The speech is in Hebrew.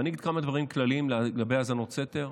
ואני אגיד כמה דברים כלליים לגבי האזנות סתר,